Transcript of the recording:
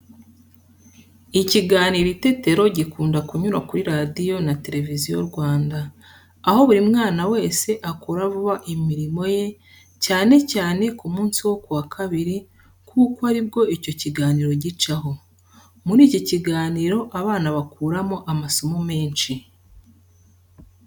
Ikiganiro Itetero gikunda kunyura kuri Radiyo na Televiziyo Rwanda, aho buri mwana wese akora vuba imirimo ye cyane cyane ku munsi wo ku wa Kabiri kuko ari bwo icyo kiganiro gicaho. Muri iki kiganiro abana bakuramo amasomo menshi.